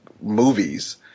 movies